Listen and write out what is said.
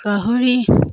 গাহৰি